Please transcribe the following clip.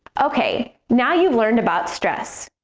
okay, now you've learned about stress,